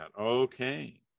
Okay